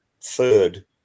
third